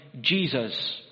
Jesus